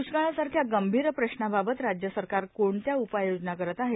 द्ष्काळासारख्या गंभीर प्रश्नाबाबत राज्य सरकार कोणत्या उपाययोजना करत आहे